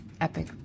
Epic